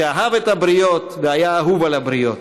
שאהב את הבריות והיה אהוב על הבריות,